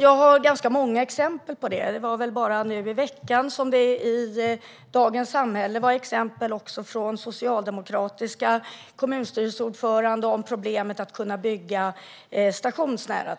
Jag har många exempel på detta. Nu i veckan fanns det i Dagens Samhälle exempel på socialdemokratiska kommunstyrelseordförande som uttalade sig om problemet med att kunna bygga stationsnära.